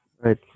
right